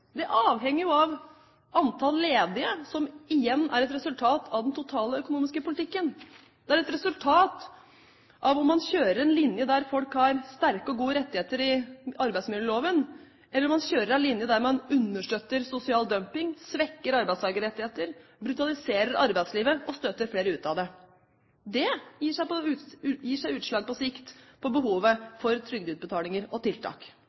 Det avhenger jo av antall ledige, som igjen er et resultat av den totale økonomiske politikken. Det er et resultat av om man kjører en linje der folk har sterke og gode rettigheter i arbeidsmiljøloven, eller om man kjører en linje der man understøtter sosial dumping, svekker arbeidstakerrettigheter, brutaliserer arbeidslivet og støter flere ut av det. Dette gir seg utslag på sikt – på behovet for trygdeutbetalinger og tiltak.